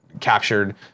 captured